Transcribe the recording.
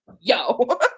yo